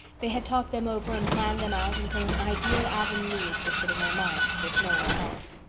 they had talked them over and planned them out until an ideal avonlea existed in their minds, if nowhere else.